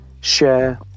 share